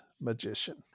magician